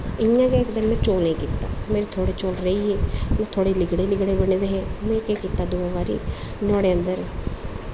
इ'यां गै इक दिन में चौलें गी कीता मेरे थोह्ड़े चौल रेही गे ओह् थोह्ड़े लिगड़े लिगड़े बने दे हे में केह् कीता दूए बारी नोहाड़े अन्दर